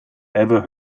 ever